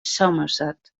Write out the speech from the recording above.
somerset